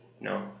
No